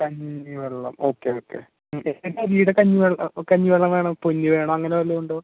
കഞ്ഞി വെള്ളം okay okay ഏതു അരിടെ കഞ്ഞി വെള്ളം കഞ്ഞി വെള്ളം വേണം പൊന്നി വേണോ അങ്ങനെ വല്ലോം ഉണ്ടോ